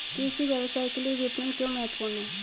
कृषि व्यवसाय के लिए विपणन क्यों महत्वपूर्ण है?